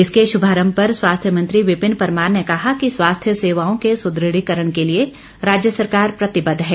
इसके श्भारम्भ पर स्वास्थ्य मंत्री विपिन परमार ने कहा कि स्वास्थ्य सेवाओं के सुद्रढ़ीकरण के लिए राज्य सरकार प्रतिबद्ध है